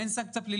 אין סנקציה פלילית.